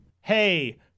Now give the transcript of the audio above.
Hey